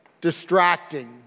distracting